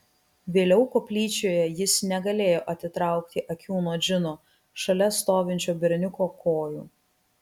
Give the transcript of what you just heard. vėliau koplyčioje jis negalėjo atitraukti akių nuo džino šalia stovinčio berniuko kojų